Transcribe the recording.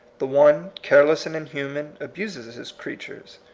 the one, careless and inhuman, abuses his creatures.